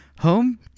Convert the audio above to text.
home